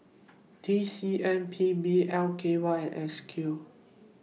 T C M P B L K Y S Q